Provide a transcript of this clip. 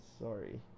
sorry